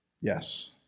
Yes